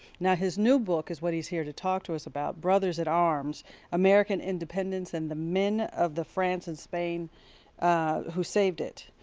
now his new book is what he is here to talk to us about, brothers at arms american independence and the men of france and spain who saved it.